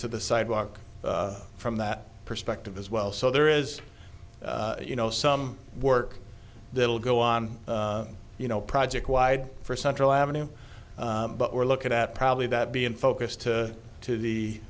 to the sidewalk from that perspective as well so there is you know some work that will go on you know project wide for central avenue but we're looking at probably that be in focus to to the